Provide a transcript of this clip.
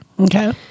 Okay